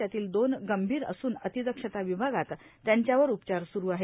त्यातील दोन गंभीर असून अतिदक्षता विभागात त्यांच्यावर उपचार सूरू आहेत